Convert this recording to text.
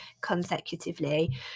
consecutively